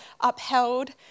upheld